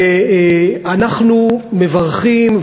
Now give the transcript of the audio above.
ואנחנו מברכים,